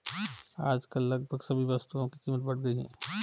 आजकल लगभग सभी वस्तुओं की कीमत बढ़ गई है